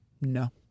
No